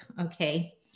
Okay